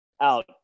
out